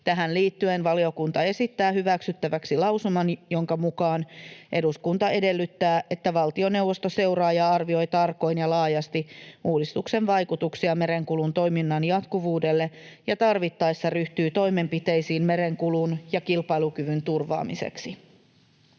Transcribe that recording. Tähän liittyen valiokunta esittää hyväksyttäväksi lausuman, jonka mukaan eduskunta edellyttää, että valtioneuvosto seuraa ja arvioi tarkoin ja laajasti uudistuksen vaikutuksia merenkulun toiminnan jatkuvuudelle ja tarvittaessa ryhtyy toimenpiteisiin merenkulun ja kilpailukyvyn turvaamiseksi.